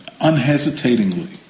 unhesitatingly